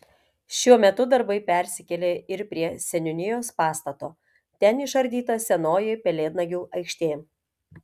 šiuo metu darbai persikėlė ir prie seniūnijos pastato ten išardyta senoji pelėdnagių aikštė